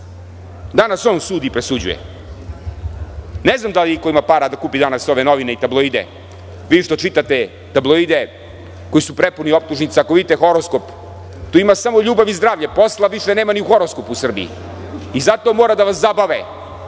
Danas on sudi i presuđuje. Ne znam da li iko ima para da kupi danas ove novine i tabloide, vi što čitate tabloide koji su prepuni optužnica i ako vidite horoskop tu ima samo ljubav i zdravlje, posla više nema ni u horoskopu u Srbiji. Zato mora da vas zabave